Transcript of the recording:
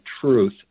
truth